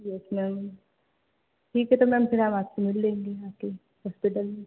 yes ma'am ठीक है तो मैम फिर हम आपसे मिल लेंगे आ कर हॉस्पिटल में